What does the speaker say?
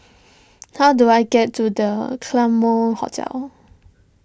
how do I get to the Claremont Hotel